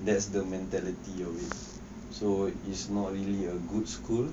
that's the mentality of it so is not really a good school